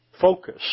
focus